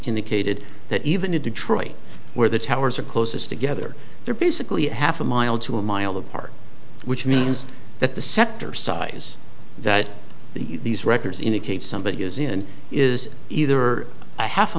did that even in detroit where the towers are closest together they're basically half a mile to a mile apart which means that the sector size that these records indicate somebody is in is either a half a